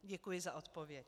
Děkuji za odpověď.